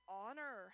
honor